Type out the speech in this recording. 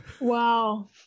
Wow